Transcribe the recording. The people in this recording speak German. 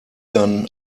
dann